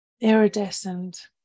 iridescent